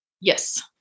Yes